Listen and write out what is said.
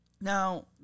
Now